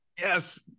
Yes